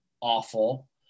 awful